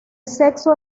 sexo